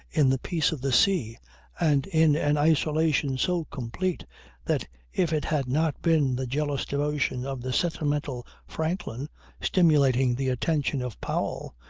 in the peace of the sea and in an isolation so complete that if it had not been the jealous devotion of the sentimental franklin stimulating the attention of powell,